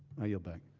i yelled back.